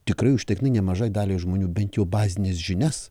tikrai užtektinai nemažai daliai žmonių bent jau bazines žinias